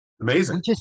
Amazing